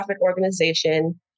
organization